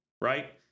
right